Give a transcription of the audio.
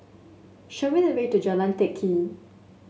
show me the way to Jalan Teck Kee